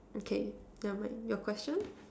okay never mind your question